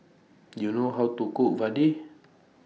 Do YOU know How to Cook Vadai